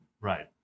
Right